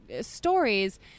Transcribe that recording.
stories